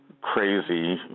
crazy